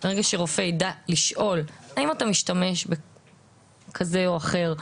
ברגע שרופא יידע לשאול האם אתה משתמש בכזה או אחר,